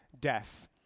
death